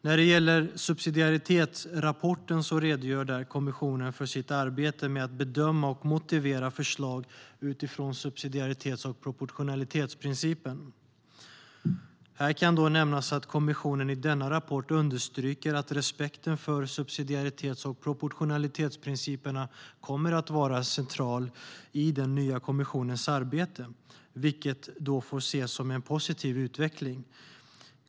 När det gäller subsidiaritetsrapporten redogör kommissionen där för sitt arbete med att bedöma och motivera förslag utifrån subsidiaritets och proportionalitetsprinciperna. Här kan nämnas att kommissionen i denna rapport understryker att respekten för subsidiaritets och proportionalitetsprinciperna kommer att vara central i den nya kommissionens arbete, vilket får ses som en positiv utveckling.